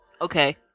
Okay